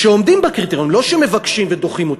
לא שמבקשים ודוחים אותם.